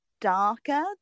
darker